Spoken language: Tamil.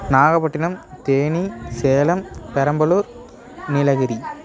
நாகப்பட்டினம் தேனி சேலம் பெரம்பலூர் நீலகிரி